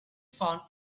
found